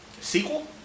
Sequel